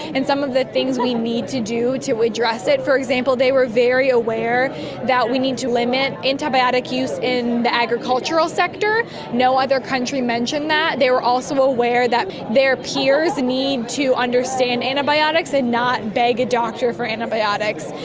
and some of the things we need to do to address it. for example, they were very aware that we need to limit antibiotic use in the agricultural sector. no other country mentioned that. they were also aware that their peers need to understand antibiotics and not beg a doctor for antibiotics.